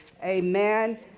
Amen